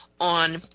on